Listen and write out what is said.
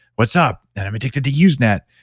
what's up? and i'm addicted to usenet.